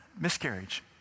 miscarriage